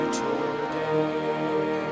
today